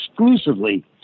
exclusively